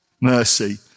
mercy